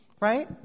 right